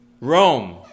Rome